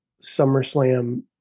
SummerSlam